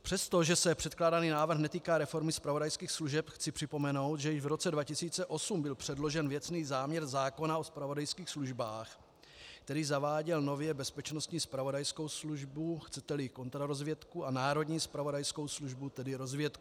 Přestože se předkládaný návrh netýká reformy zpravodajských služeb, chci připomenout, že již v roce 2008 byl předložen věcný záměr zákona o zpravodajských službách, který zaváděl nově bezpečnostní zpravodajskou službu, chceteli kontrarozvědku, a národní zpravodajskou službu, tedy rozvědku.